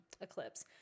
eclipse